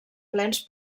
plens